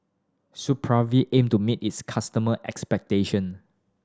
Supravit aim to meet its customer expectation